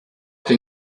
can